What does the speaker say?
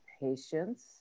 Patience